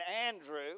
Andrew